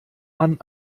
man